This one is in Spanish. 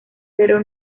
pero